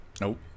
nope